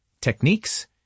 techniques